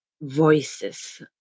voices